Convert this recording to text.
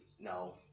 No